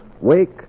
Wake